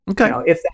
Okay